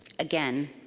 again,